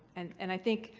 and and i think.